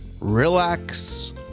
relax